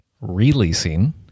releasing